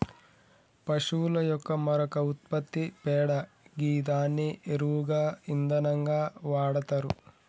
పశువుల యొక్క మరొక ఉత్పత్తి పేడ గిదాన్ని ఎరువుగా ఇంధనంగా వాడతరు